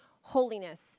holiness